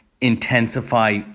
intensify